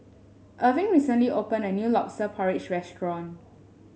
Erving recently opened a new lobster porridge restaurant